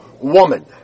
woman